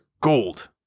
gold